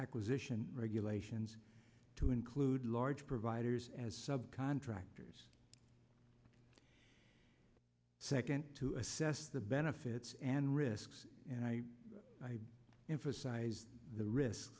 acquisition regulations to include large providers as subcontractors second to assess the benefits and risks and i emphasize the risk